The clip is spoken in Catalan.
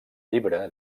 llibre